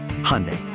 Hyundai